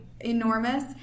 Enormous